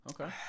Okay